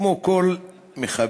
כמו כל מחבל,